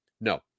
No